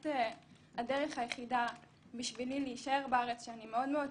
הדרך היחידה בשבילי להישאר בארץ ואני מאוד-מאוד